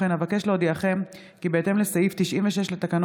הצעת חוק נכסים שהם אוצרות